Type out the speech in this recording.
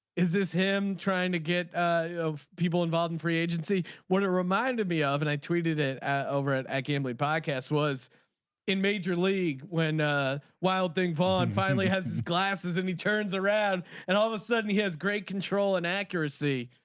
is this him trying to get people involved in free agency. what it reminded me of and i tweeted it over it at gambling podcast was in major league when wild thing vaughn finally has his glasses and he turns around and all of a sudden he has great control and accuracy.